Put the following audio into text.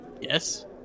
Yes